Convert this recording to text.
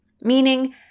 Meaning